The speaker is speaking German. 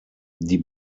die